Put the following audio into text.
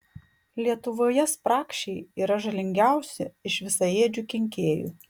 lietuvoje spragšiai yra žalingiausi iš visaėdžių kenkėjų